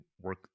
work